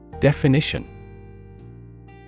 Definition